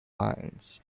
lines